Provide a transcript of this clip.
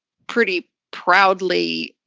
pretty proudly